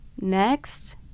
Next